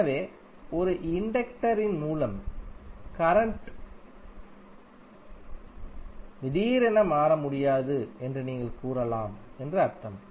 எனவே ஒரு இண்டக்டரின் மூலம் கரண்ட் திடீரென மாற முடியாது என்று நீங்கள் கூறலாம் என்று அர்த்தம்